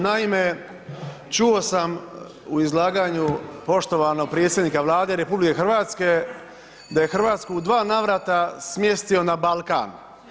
Naime, čuo sam u izlaganju poštovanog predsjednika Vlade RH da je Hrvatsku u dva navrata smjestio na Balkan.